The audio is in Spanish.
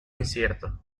incierto